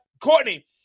Courtney